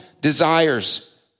desires